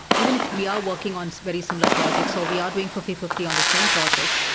even if we are working on so very similar projects, so we are doing fifty fifty on the same project,